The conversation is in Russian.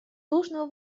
должного